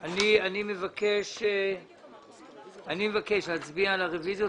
אני מבקש להצביע על הרביזיה.